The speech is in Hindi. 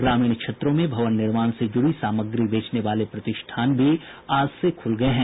ग्रामीण क्षेत्रों में भवन निर्माण से जुड़ी सामग्री बेचने वाले प्रतिष्ठान भी आज से खुल गये हैं